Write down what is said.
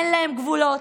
אין להם גבולות,